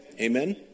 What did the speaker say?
Amen